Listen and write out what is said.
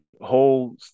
whole